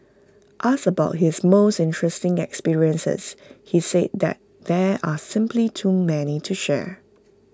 asked about his most interesting experiences he said that there are simply too many to share